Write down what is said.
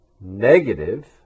negative